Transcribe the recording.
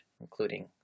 including